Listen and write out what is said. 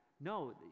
no